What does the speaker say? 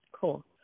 Cool